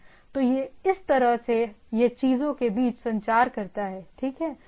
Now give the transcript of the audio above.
तो इस तरह से यह चीजों के बीच संचार करता है ठीक है